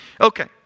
okay